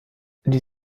die